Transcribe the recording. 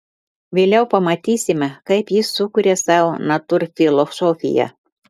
vėliau pamatysime kaip jis sukuria savo natūrfilosofiją